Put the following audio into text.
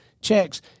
checks